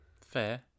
Fair